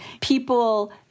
people